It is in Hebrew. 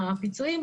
הפיצויים,